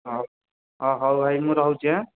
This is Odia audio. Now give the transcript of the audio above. ହଉ ଅ ହଉ ଭାଇ ମୁଁ ରହୁଛି ଆଁ